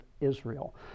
Israel